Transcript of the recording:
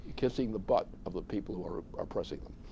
kissing the butt of the people who are oppressing them.